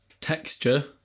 texture